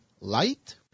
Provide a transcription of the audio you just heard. light